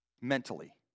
Mentally